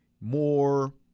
more